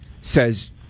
says